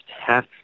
half